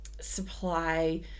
supply